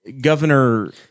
governor